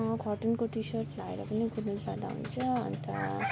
कटनको T shirt लगाएर पनि कुद्नु जाँदा हुन्छ अन्त